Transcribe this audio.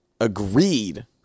agreed